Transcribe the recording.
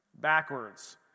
backwards